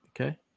Okay